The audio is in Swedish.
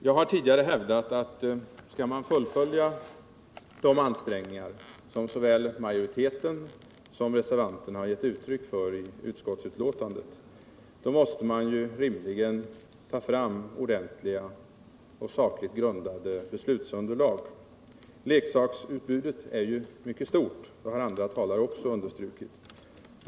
Jag har tidigare hävdat att om man skall fullfölja de ansträngningar som såväl utskottsmajoriteten som reservanterna givit uttryck för i utskottets betänkande, måste man rimligen ta fram lämpliga och sakligt grundade beslutsunderlag. Leksaksutbudet är ju mycket stort, vilket andra talare också understrukit.